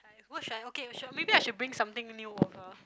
like what should I okay sure maybe I should bring something new over